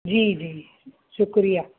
जी जी शुक्रिया